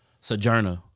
sojourner